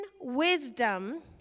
wisdom